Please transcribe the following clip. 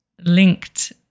linked